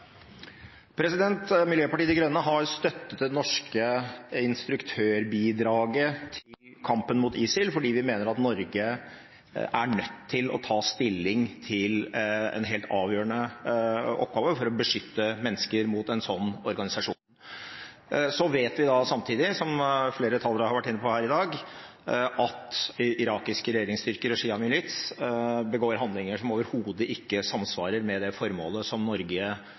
oppfølgingsspørsmål. Miljøpartiet De Grønne har støttet det norske instruktørbidraget i kampen mot ISIL fordi vi mener at Norge er nødt til å ta stilling til en helt avgjørende oppgave for å beskytte mennesker mot en sånn organisasjon. Så vet vi samtidig, som flere talere har vært inne på her i dag, at irakiske regjeringsstyrker og sjiamilits begår handlinger som overhodet ikke samsvarer med det formålet som Norge er